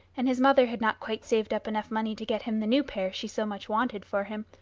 and his mother had not quite saved up enough money to get him the new pair she so much wanted for him,